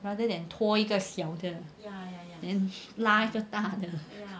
rather than 拖一个小的 then 拉一个大的